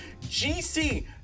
GC